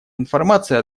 информация